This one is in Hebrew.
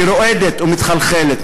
היא רועדת ומתחלחלת,